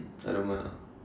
I don't mind ah